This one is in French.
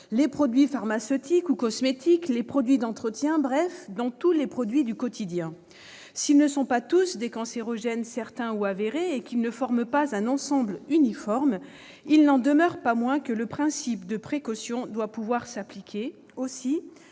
les produits pharmaceutiques ou cosmétiques, dans les produits d'entretien, bref, dans tous les produits du quotidien ! S'ils ne sont pas tous des cancérogènes certains ou avérés et s'ils ne forment pas un ensemble uniforme, il n'en demeure pas moins que le principe de précaution doit pouvoir s'appliquer.